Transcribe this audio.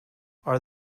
are